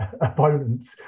opponents